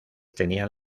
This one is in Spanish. tenían